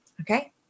okay